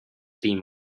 been